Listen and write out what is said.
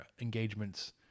engagements